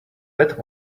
bad